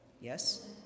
Yes